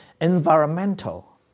Environmental